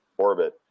orbit